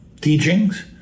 teachings